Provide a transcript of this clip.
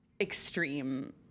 extreme